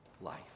life